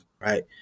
right